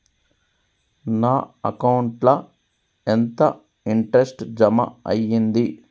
నా అకౌంట్ ల ఎంత ఇంట్రెస్ట్ జమ అయ్యింది?